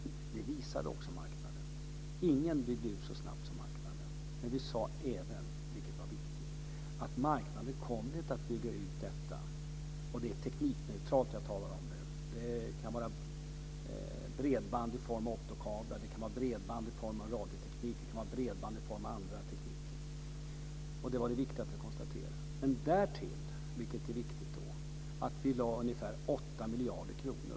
Detta levde också marknaden upp till. Ingen annan part byggde ut så snabbt som marknaden. Men vi sade även, vilket var viktigt, att marknaden inte kommer att bygga ut allt detta. Jag talar nu teknikneutralt. Det kan gälla bredband i form av optokabel, i form av radioteknik eller i form av andra tekniker. Det var viktigt att konstatera. Men det är också viktigt att vi därtill satsade ungefär 8 miljarder kronor.